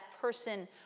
person